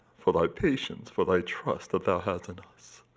for thy patience, for thy trust that thou hast in us.